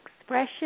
expression